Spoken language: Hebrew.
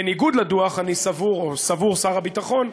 בניגוד לדוח, אני סבור, או: סבור שר הביטחון,